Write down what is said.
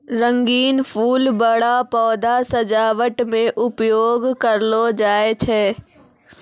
रंगीन फूल बड़ा पौधा सजावट मे उपयोग करलो जाय छै